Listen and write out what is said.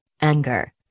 anger